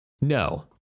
No